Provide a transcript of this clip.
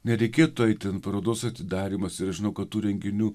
nereikėtų eit ten parodos atidarymas ir aš žinau kad tų renginių